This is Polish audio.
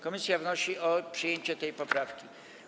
Komisja wnosi o przyjęcie tej poprawki.